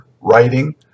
writing